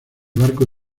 barco